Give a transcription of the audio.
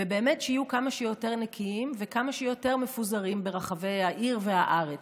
ובאמת שיהיו כמה שיותר נקיים וכמה שיותר מפוזרים ברחבי העיר והארץ.